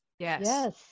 Yes